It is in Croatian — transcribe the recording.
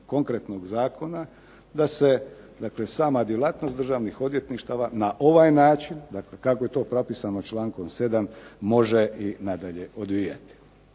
konkretnog zakona, da se sama djelatnost državnih odvjetništava na ovaj način kako je to propisano člankom 7. može i nadalje odvijati.